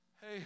Hey